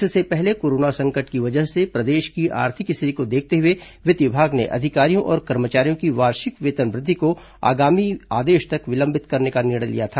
इससे पहले कोरोना संकट की वजह से प्रदेश की आर्थिक स्थिति को देखते हुए वित्त विभाग ने अधिकारियों और कर्मचारियों की वार्षिक वेतन वृद्धि को आगामी आदेश तक विलंबित करने का निर्णय लिया था